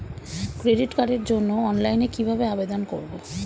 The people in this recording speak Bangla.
ক্রেডিট কার্ডের জন্য অনলাইনে কিভাবে আবেদন করব?